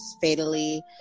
fatally